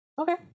okay